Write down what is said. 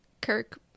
Kirk